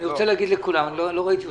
לא תמצאו